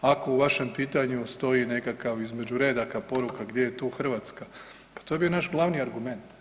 Ako u vašem pitanju stoji nekakav između redaka poruka gdje je tu Hrvatska, pa to je bio naš glavni argument.